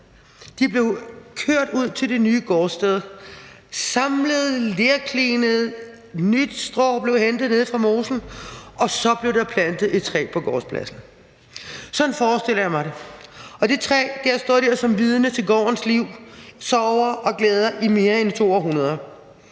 de blev kørt ud til det nye gårdsted, samlet og lerklinet, nyt strå blev hentet nede fra mosen, og der blev så plantet et træ på gårdspladsen. Sådan forestiller jeg mig det, og det træ har stået der som vidne til gårdens liv, sorger og glæder i mere end to århundreder.